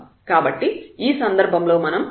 కాబట్టి ఈ సందర్భంలో మనం fx0 ను పొందుతాము